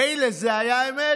מילא זו הייתה אמת,